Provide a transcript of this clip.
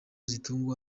zitungwa